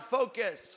focus